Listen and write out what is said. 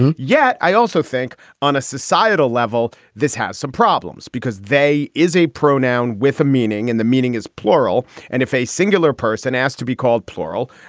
and yet i also think on a societal level this has some problems because they is a pronoun with a meaning and the meaning is plural. and if a singular person asked to be called plural,